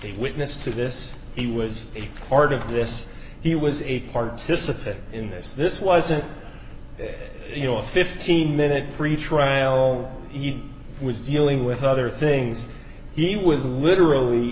a witness to this he was a part of this he was a participant in this this wasn't you know a fifteen minute pretrial he was dealing with other things he was literally